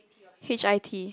H I T